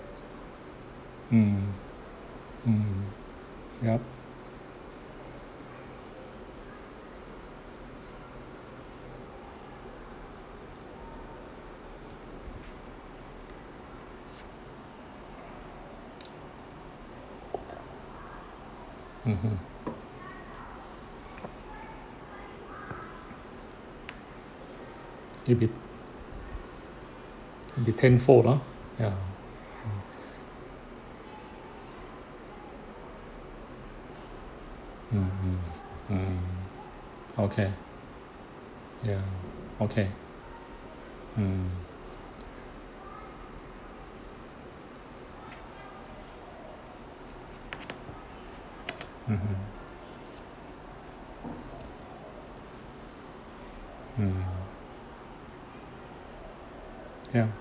mm mm yup mmhmm it will be be ten fold ah ya mm mm mm mm okay ya okay mm mmhmm mm ya